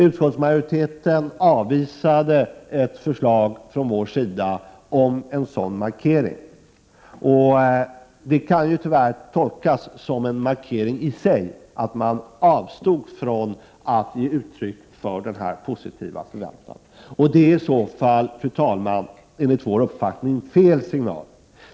Utskottsmajoriteten avvisade ett förslag från vår sida om en sådan markering, och det kan ju tyvärr tolkas som en markering i sig att man avstod från att ge uttryck åt de positiva förväntningarna. Det är i så fall, fru talman, fel signal.